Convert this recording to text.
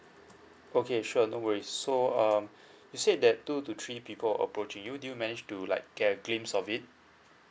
okay sure no worries so um you said that two to three people approaching you do you manage to like get a glimpse of it